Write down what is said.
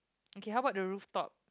okay how about the rooftop